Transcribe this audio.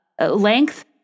length